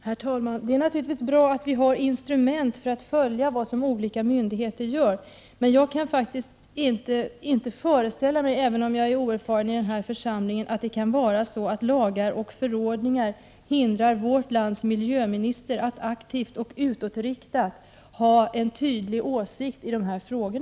Herr talman! Det är naturligtvis bra att vi har instrument för att följa vad olika myndigheter gör. Men jag kan faktiskt inte föreställa mig, även om jag är oerfaren i den här församlingen, att det skulle vara så att lagar och förordningar hindrar vårt lands miljöminister att aktivt och utåtriktat redovisa sin åsikt i dessa frågor.